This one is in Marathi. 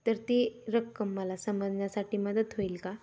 तर ती रक्कम मला समजण्यासाठी मदत होईल का